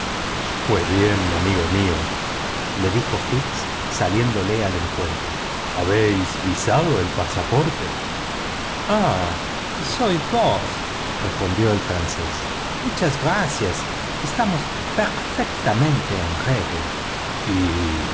pues bien amigo mío le dijo fix saliéndole al encuentro habéis visado el pasaporte ah sois vos respondió el francés muchas gracias estamos perfectamente en regla y